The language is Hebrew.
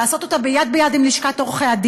לעשות אותה יד ביד עם לשכת עורכי-הדין.